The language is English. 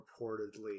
reportedly